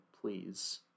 please